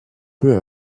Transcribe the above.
peu